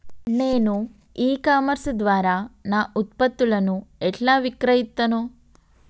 నేను e commerce ద్వారా నా ఉత్పత్తులను ఎట్లా విక్రయిత్తను?